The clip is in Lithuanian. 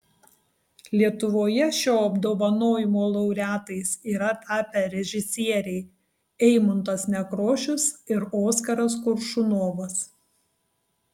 lietuvoje šio apdovanojimo laureatais yra tapę režisieriai eimuntas nekrošius ir oskaras koršunovas